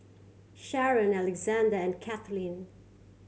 Sharen Alexande and Kathleen